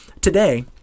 today